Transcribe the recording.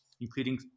including